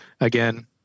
again